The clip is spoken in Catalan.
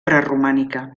preromànica